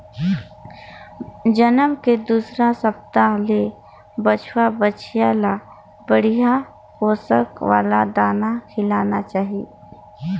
जनम के दूसर हप्ता ले बछवा, बछिया ल बड़िहा पोसक वाला दाना खिलाना चाही